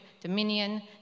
dominion